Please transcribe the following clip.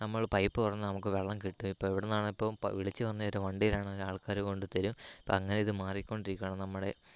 നമ്മൾ പൈപ്പ് തുറന്നാൽ നമുക്ക് വെള്ളം കിട്ടും ഇപ്പോൾ എവിടന്നാണെൽ ഇപ്പോൾ വിളിച്ച് പറഞ്ഞാൽ ഒരു വണ്ടിയിലാണ് ഒരു ആൾക്കാർ കൊണ്ട് തരും ഇപ്പോൾ അങ്ങനെ ഇത് മാറിക്കൊണ്ടിരിക്കുവാണ് നമ്മുടെ